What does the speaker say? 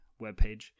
webpage